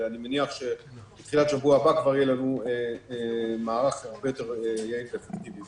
ואני מניח שבתחילת שבוע הבא כבר יהיה לנו מערך הרבה יותר יעיל ואפקטיבי.